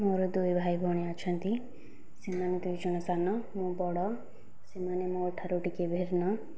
ମୋର ଦୁଇ ଭାଇ ଭଉଣୀ ଅଛନ୍ତି ସେମାନେ ଦୁଇଜଣ ସାନ ମୁଁ ବଡ଼ ସେମାନେ ମୋ ଠାରୁ ଟିକିଏ ଭିନ୍ନ